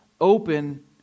open